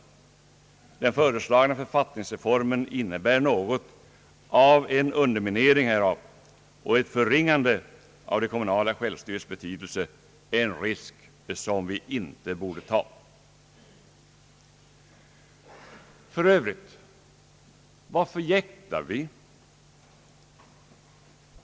Den föreslagna författningsreformen innebär något av en undermi nering härav, och ett förringande av den kommunala självstyrelsens betydelse innebär en risk som vi inte borde ta. För övrigt — varför jäktar vi?